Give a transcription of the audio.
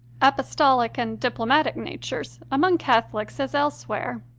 apostolic and diplomatic natures, among catholics, as elsewhere.